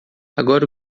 agora